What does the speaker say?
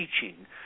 teaching